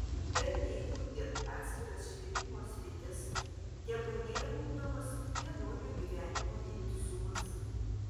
darniai jungiant atskiras švietimo sritis tebūnie ugdomas vienuolio gyvenimo vientisumas